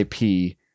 IP